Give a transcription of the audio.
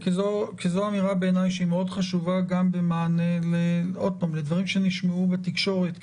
כי זו אמירה בעיניי שהיא מאוד חשובה גם במענה לדברים שנשמעו בתקשורת,